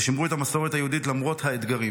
ושימרו את המסורת היהודית למרות האתגרים.